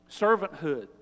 servanthood